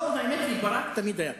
לא, האמת היא שברק תמיד היה ככה,